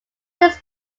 his